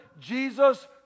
Jesus